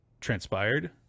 transpired